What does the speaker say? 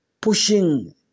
pushing